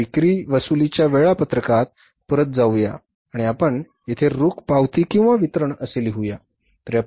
आता विक्री वसुलीच्या वेळापत्रकात परत जाऊया आणि आपण येथे रोख पावती वितरण असे लिहू